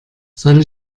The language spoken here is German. soll